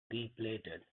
depleted